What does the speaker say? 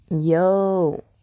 Yo